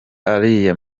ariya